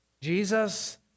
Jesus